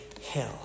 hill